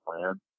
plan